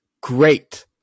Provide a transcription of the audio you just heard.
great